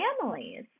families